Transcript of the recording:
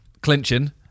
Clinching